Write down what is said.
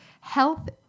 Health